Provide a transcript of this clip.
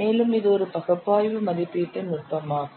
மேலும் இது ஒரு பகுப்பாய்வு மதிப்பீட்டு நுட்பமாகும்